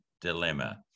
dilemma